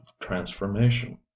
transformation